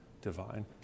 divine